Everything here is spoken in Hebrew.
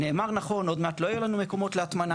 נאמר נכון, עוד מעט לא יהיו לנו מקומות להטמנה.